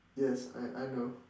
yes I I know